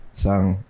song